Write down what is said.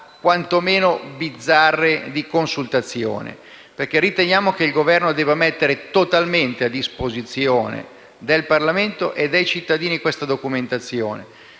quantomeno bizzarre, di consultazione. Riteniamo che il Governo debba mettere totalmente a disposizione del Parlamento e dei cittadini questa documentazione,